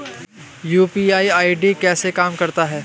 UPI ID कैसे काम करता है?